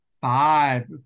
Five